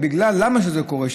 למה זה קורה,